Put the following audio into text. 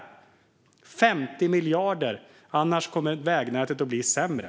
Det behövs 50 miljarder till, annars kommer vägnätet att bli sämre.